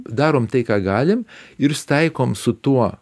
darom tai ką galim ir sutaikom su tuo